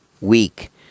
week